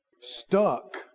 stuck